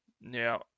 Now